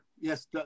Yes